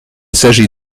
s’agit